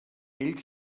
ell